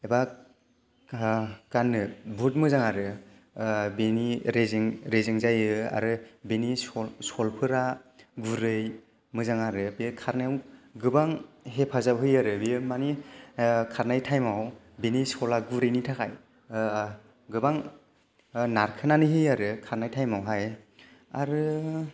एबा गाननो बुहुत मोजां आरो बेनि रेजें रेजें जायो आरो बेनि सल सलफोरा गुरै मोजां आरो बे खारनायाव गोबां हेफाजाब होयो आरो बेयो माने खारनाय टाइमाव बेनि सलआ गुरैनि थाखाय गोबां नारखोनानै होयो आरो खारनाय टाइमावहाय आरो